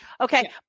okay